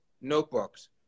notebooks